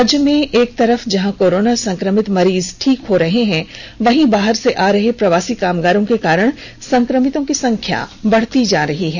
राज्य में एक तरफ जहां कोरोना सं क्र मित मरीज ठीक हो रहे हैं वहीं बाहर से आ रहे प्रवासी कामगारों के कारण सं क्र मितों की संख्या बढ़ती जा रही है